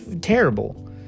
terrible